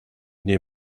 near